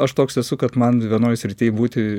aš toks esu kad man vienoj srity būti